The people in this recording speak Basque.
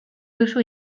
duzu